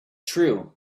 true